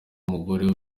umugore